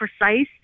precise